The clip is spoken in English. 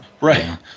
right